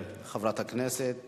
חברת הכנסת